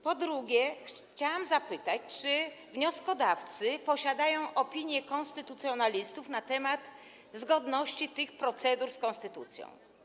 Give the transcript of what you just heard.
Po drugie, chciałam zapytać, czy wnioskodawcy posiadają opinie konstytucjonalistów na temat zgodności tych procedur z konstytucją.